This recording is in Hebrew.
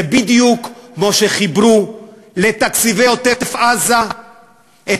זה בדיוק כמו שחיברו לתקציבי עוטף-עזה את